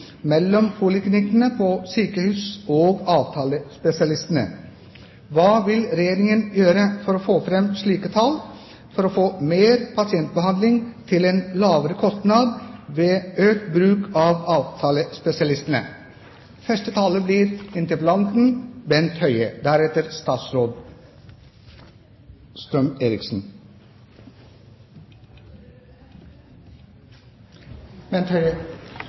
mellom poliklinikkane på sjukehus og avtalespesialistane. Spørsmålet som blir stilt, er om Regjeringa vil bidra til å få fram slike tal for å få meir pasientbehandling til ein lågare kostnad ved auka bruk av